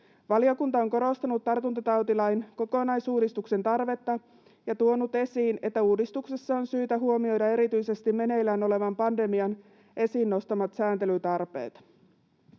Valiokunta on korostanut tartuntatautilain kokonaisuudistuksen tarvetta ja tuonut esiin, että uudistuksessa on syytä huomioida erityisesti meneillään olevan pandemian esiin nostamat sääntelytarpeet.